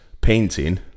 painting